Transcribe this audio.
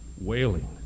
wailing